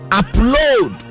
upload